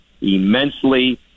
immensely